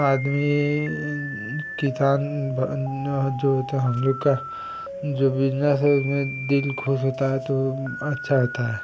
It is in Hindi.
आदमी किसान जो होते हैं हमलोग का जो बिज़नेस है उसमें दिल ख़ुश होता है तो अच्छा होता है